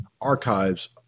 archives